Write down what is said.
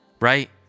right